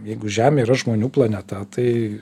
jeigu žemė yra žmonių planeta tai